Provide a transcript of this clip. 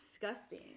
disgusting